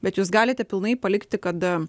bet jūs galite pilnai palikti kad